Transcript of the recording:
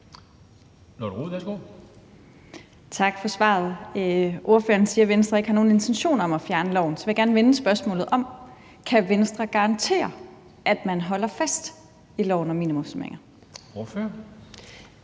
17:43 Lotte Rod (RV): Tak for svaret. Ordføreren siger, at Venstre ikke har nogen intentioner om at fjerne loven, men så vil jeg gerne vende spørgsmålet om: Kan Venstre garantere, at man holder fast i loven om minimumsnormeringer?